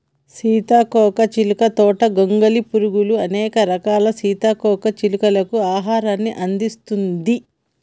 సీతాకోక చిలుక తోట గొంగలి పురుగులు, అనేక రకాల సీతాకోక చిలుకలకు ఆహారాన్ని అందిస్తుంది